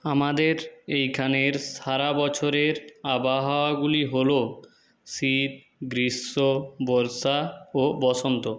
আমাদের এইখানের সারা বছরের আবহাওয়াগুলি হলো শীত গ্রীষ্ম বর্ষা ও বসন্ত